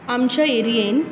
आमच्या एरीएन